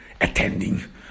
attending